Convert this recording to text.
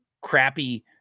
crappy